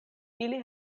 ili